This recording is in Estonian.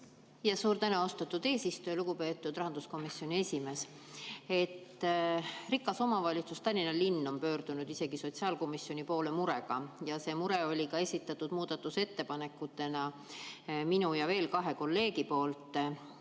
Suur tänu, austatud eesistuja! Lugupeetud rahanduskomisjoni esimees! Rikas omavalitsus, Tallinna linn, on pöördunud murega isegi sotsiaalkomisjoni poole. See mure oli esitatud muudatusettepanekutena minu ja veel kahe kolleegi poolt.